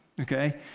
okay